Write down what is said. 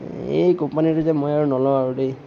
এই কোম্পানীটো যে মই আৰু নলওঁ আৰু দেই